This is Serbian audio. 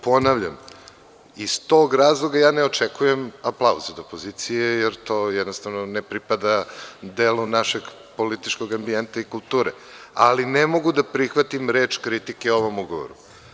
Ponavljam, iz tog razloga ne očekujem aplauz od opozicije, jer to jednostavno ne pripada delu našeg političkog ambijenta i kulture, ali ne mogu da prihvatim reč kritike o ovom ugovoru.